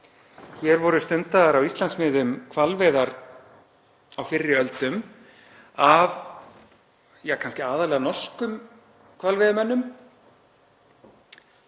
Hér voru stundaðar á Íslandsmiðum hvalveiðar á fyrri öldum af kannski aðallega af norskum hvalveiðimönnum